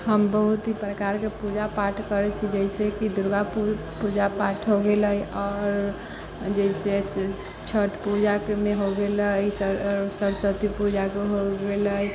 हम बहुत ही प्रकारके पूजा पाठ करै छी जइसे कि दुर्गा पूजा पाठ हो गेलै आओर जइसे छठि पूजाकेमे हो गेलै सरस्वती पूजाके हो गेलै